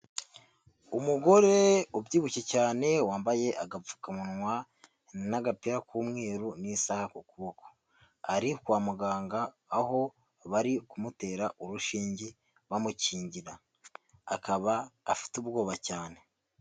Umugore ubyibushye cyane wambaye agapfukamunwa n'agapira k'umweru n'isaha ku kuboko ari kwa muganga aho bari ku mutera urushinge bamukingira, akaba afite ubwoba cyane.